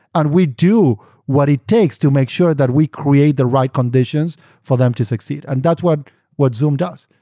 and we do what it takes to make sure that we create the right conditions for them to succeed. and thataeurs what what zoom does.